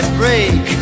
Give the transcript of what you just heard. break